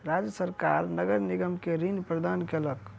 राज्य सरकार नगर निगम के ऋण प्रदान केलक